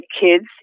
kids